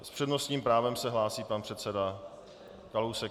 S přednostním právem se hlásí pan předseda Kalousek.